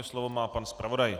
Slovo má pan zpravodaj.